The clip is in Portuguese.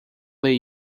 ler